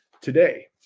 today